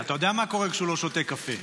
אתה יודע מה קורה כשהוא לא שותה קפה?